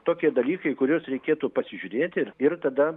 tokie dalykai kuriuos reikėtų pasižiūrėti ir ir tada